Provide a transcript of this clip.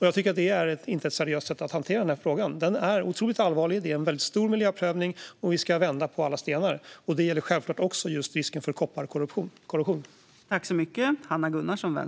Jag tycker att det inte är ett seriöst sätt att hantera den här frågan på. Den är otroligt allvarlig. Det är en väldigt stor miljöprövning, och vi ska vända på alla stenar. Det gäller självklart också risken för kopparkorrosion.